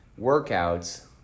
workouts